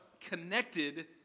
Connected